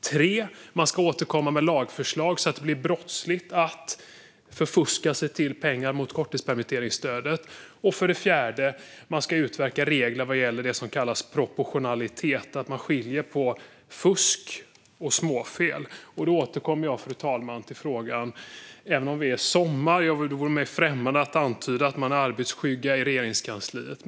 För det tredje ska man återkomma med lagförslag så att det blir brottsligt att fuska sig till pengar genom korttidspermitteringsstödet. Och för det fjärde ska regeringen utverka regler för det som kallas proportionalitet, att man skiljer på fusk och småfel. Fru talman! Det vore mig främmande att, även om det är sommar, antyda att man är arbetsskygga i Regeringskansliet.